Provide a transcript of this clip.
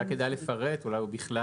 אולי כדאי לפרט, ולכתוב: ובכלל